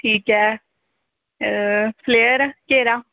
ਠੀਕ ਹੈ ਫਲੇਅਰ ਘੇਰਾ